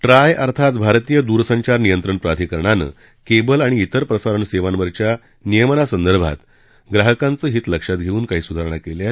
try अर्थात भारतीय दूरसंचार नियंत्रण प्राधिकरणानं केबल आणि इतर प्रसारण सेवांवरच्या नियमनासंदर्भात ग्राहकांचं हित लक्षात घेऊन काही सुधारणा केल्या आहेत